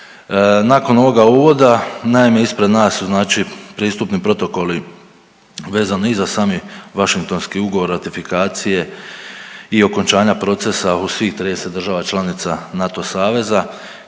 Nakon ovoga uvoda, naime, ispred nas su znači pristupni protokoli vezano i za sami Vašingtonski ugovor, ratifikacije i okončanja procesa u svih 30 država članica NATO saveza